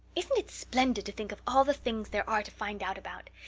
isn't it splendid to think of all the things there are to find out about?